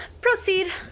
Proceed